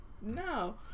No